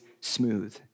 smooth